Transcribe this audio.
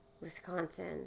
Wisconsin